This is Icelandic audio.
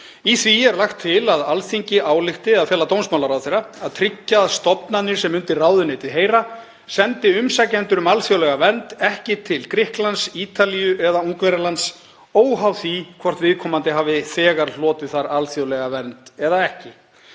Í því er lagt til að Alþingi álykti að fela dómsmálaráðherra að tryggja að stofnanir sem undir ráðuneytið heyra sendi umsækjendur um alþjóðlega vernd ekki til Grikklands, Ítalíu eða Ungverjalands, óháð því hvort viðkomandi hafi þegar hlotið þar alþjóðlega vernd eða ekki.